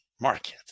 market